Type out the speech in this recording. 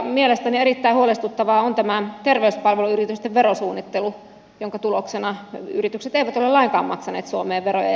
mielestäni erittäin huolestuttavaa on tämä terveyspalveluyritysten verosuunnittelu jonka tuloksena yritykset eivät ole lainkaan maksaneet suomeen veroja